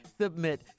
Submit